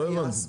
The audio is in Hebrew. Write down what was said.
לא הבנתי.